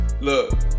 look